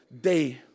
day